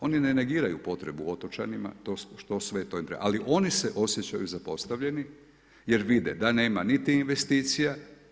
Oni ne negiraju potrebu otočanima to što sve tu ide, ali oni se osjećaju zapostavljeni jer vide da nema niti investicija.